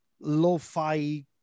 lo-fi